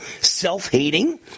self-hating